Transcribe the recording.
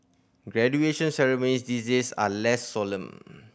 graduation ceremony these days are less solemn